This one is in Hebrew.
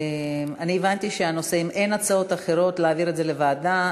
אני הבנתי שאם אין הצעות להעביר את זה לוועדה,